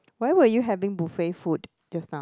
but then were you having buffet food just now